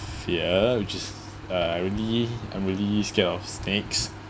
fear which is uh I really I'm really scared of snakes